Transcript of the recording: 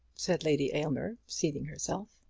said lady aylmer, seating herself.